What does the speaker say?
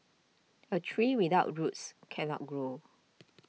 a tree without roots cannot grow